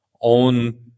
own